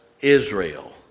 Israel